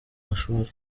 mashuri